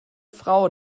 frau